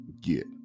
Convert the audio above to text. get